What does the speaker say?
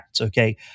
Okay